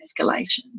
escalation